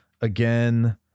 Again